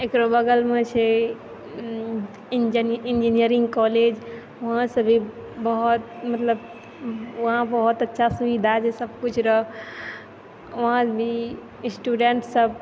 एकर बगलमे छै engineering college वहाँसँ भी बहुत मतलब वहाँ बहुत अच्छा सुविधा छै सबकिछु रऽ वहाँ भी स्टूडेन्ट सब